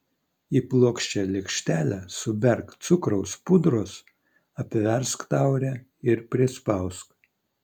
į plokščią lėkštelę suberk cukraus pudros apversk taurę ir prispausk